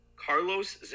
Carlos